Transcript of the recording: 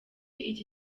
iki